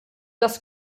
das